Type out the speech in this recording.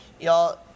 y'all